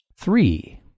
Three